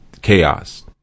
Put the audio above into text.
chaos